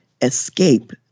escape